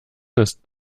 ist